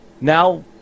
Now